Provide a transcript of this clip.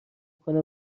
کنند